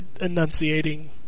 enunciating